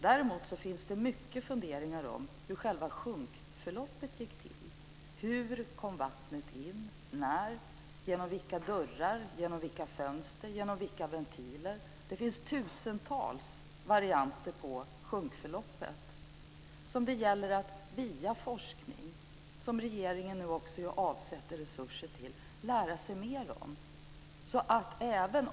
Däremot finns det mycket funderingar om hur själva sjunkförloppet gick till, hur vattnet kom in, när, genom vilka dörrar, genom vilka fönster och genom vilka ventiler. Det finns tusentals varianter på sjunkförloppet, som det gäller att via forskning - regeringen avsätter nu resurser till det - lära sig mer om.